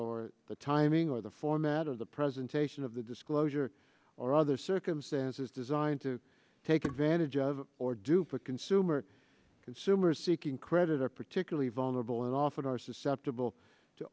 or the timing or the format of the presentation of the disclosure or other circumstances designed to take advantage of or dupe a consumer consumer seeking credit are particularly vulnerable and often are susceptible to